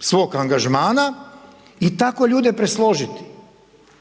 svog angažmana i tako ljude presložiti.